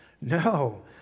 No